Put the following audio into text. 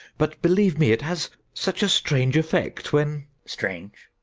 but believe me, it has such a strange effect when. strange?